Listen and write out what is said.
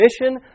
mission